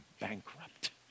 bankrupt